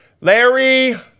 Larry